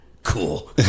cool